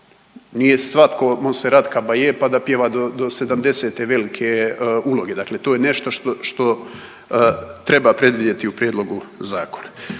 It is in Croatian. Nije svatko Monserrat Caballe pa da pjeva do 70. velike uloge, dakle to je nešto što treba predvidjeti u prijedlogu zakona.